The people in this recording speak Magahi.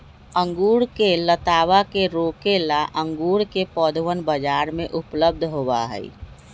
अंगूर के लतावा के रोके ला अंगूर के पौधवन बाजार में उपलब्ध होबा हई